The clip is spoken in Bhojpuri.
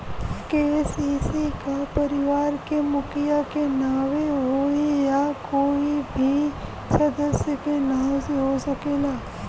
के.सी.सी का परिवार के मुखिया के नावे होई या कोई भी सदस्य के नाव से हो सकेला?